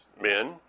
men